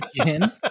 Again